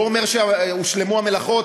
לא אומר שהושלמו המלאכות,